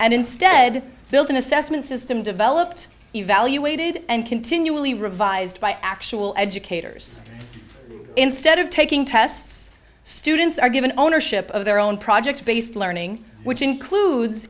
and instead built an assessment system developed evaluated and continually revised by actual educators instead of taking tests students are given ownership of their own project based learning which includes